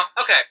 okay